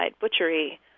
butchery